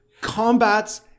combats